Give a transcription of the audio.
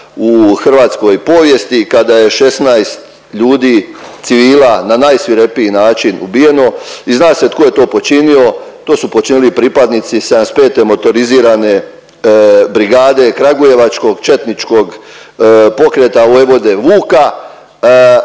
u hrvatskoj povijesti kada je 16 ljudi civila na najsvirepiji način ubijeno i zna se tko je to počinio. To su počinili pripadnici 75. motorizirane brigade kragujevačkog četničkog pokreta Vojvode Vuka.